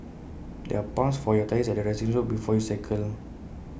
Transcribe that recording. there are pumps for your tyres at the resting zone before you cycle